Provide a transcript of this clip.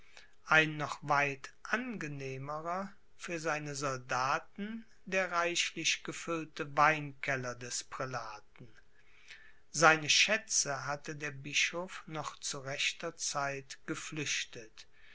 ein noch weit angenehmerer für seine soldaten der reichlich gefüllte weinkeller des prälaten seine schätze hatte der bischof noch zu rechter zeit geflüchtet